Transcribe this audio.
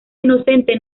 inocente